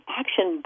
action